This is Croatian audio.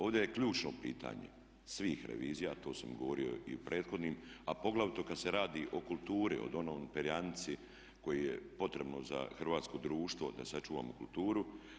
Ovdje je ključno pitanje svih revizija a to sam govorio i u prethodnim a poglavito kada se radi o kulturi, o onoj perijanici koja je potrebna za hrvatskog društvo da sačuvamo kulturu.